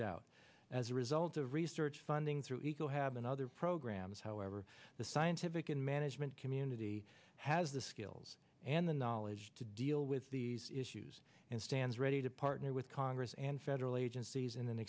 doubt as a result of research funding through eagle have and other programs however the scientific and management community has the skills and the knowledge to deal with these issues and stands ready to partner with congress and federal agencies